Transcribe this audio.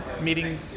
meeting